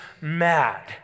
mad